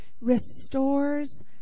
restores